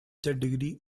degree